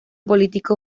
político